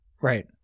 Right